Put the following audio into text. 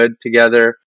together